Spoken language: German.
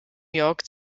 york